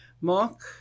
Mark